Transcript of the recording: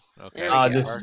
Okay